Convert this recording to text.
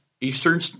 Eastern